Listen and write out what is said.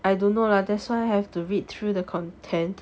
I don't know lah that's why I have to read through the content